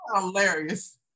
hilarious